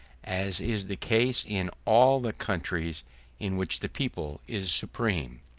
as is the case in all the countries in which the people is supreme.